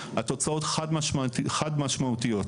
התוצאות חד-משמעותיות,